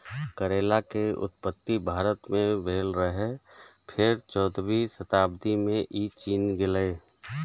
करैला के उत्पत्ति भारत मे भेल रहै, फेर चौदहवीं शताब्दी मे ई चीन गेलै